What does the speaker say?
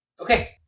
Okay